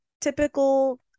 typical